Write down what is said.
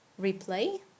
replay